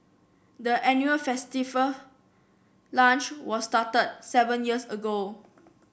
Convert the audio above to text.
the annual festive lunch was started seven years ago